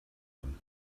them